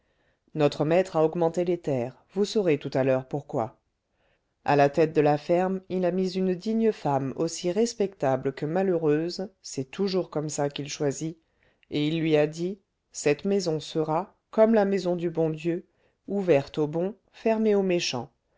notre maître a augmenté les terres vous saurez tout à l'heure pourquoi à la tête de la ferme il a mis une digne femme aussi respectable que malheureuse c'est toujours comme ça qu'il choisit et il lui a dit cette maison sera comme la maison du bon dieu ouverte aux bons fermée aux méchants